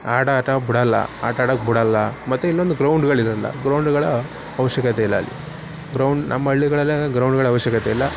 ಆಡೋಕೆ ಬಿಡೋಲ್ಲ ಆಟಾಡೋಕೆ ಬಿಡೋಲ್ಲ ಮತ್ತು ಇನ್ನೊಂದು ಗ್ರೌಂಡುಗಳಿರೋಲ್ಲ ಗ್ರೌಂಡುಗಳ ಅವಶ್ಯಕತೆ ಇಲ್ಲ ಅಲ್ಲಿ ಗ್ರೌಂಡ್ ನಮ್ಮಳ್ಳಿಗಳಲ್ಲೆಲ್ಲ ಗ್ರೌಂಡುಗಳ ಅವಶ್ಯಕತೆ ಇಲ್ಲ